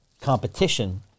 competition